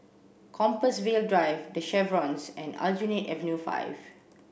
Compassvale Drive the Chevrons and Aljunied Avenue five